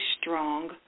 strong